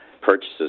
purchases